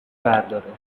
برداره